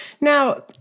Now